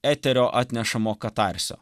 eterio atnešamo katarsio